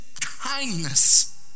kindness